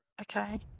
okay